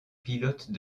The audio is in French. pilotes